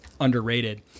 underrated